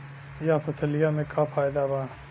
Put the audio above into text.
यह फसलिया में का फायदा बा?